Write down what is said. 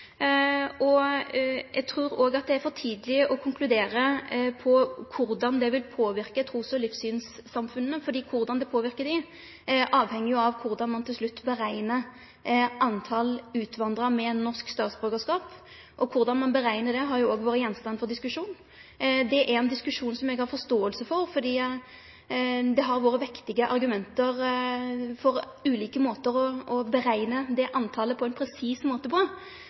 Eg trur òg at det er for tidleg å konkludere om korleis det vil påverke trus- og livssynssamfunna, for korleis det påverkar dei, avheng av korleis ein til slutt bereknar talet på utvandra med norsk statsborgarskap. Korleis ein bereknar det, har òg vore gjenstand for diskusjon. Det er ein diskusjon som eg har forståing for, fordi det har vore vektige argument for ulike måtar å berekne talet på ein presis måte på.